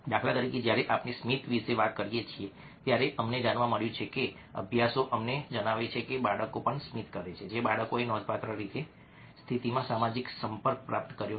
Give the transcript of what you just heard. દાખલા તરીકે જ્યારે આપણે સ્મિત વિશે વાત કરી રહ્યા છીએ ત્યારે અમને જાણવા મળ્યું છે કે અભ્યાસો અમને જણાવે છે કે બાળકો પણ સ્મિત કરે છે જે બાળકોએ નોંધપાત્ર રીતે સ્મિતમાં સામાજિક સંપર્ક પ્રાપ્ત કર્યો નથી